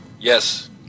Yes